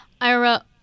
Ira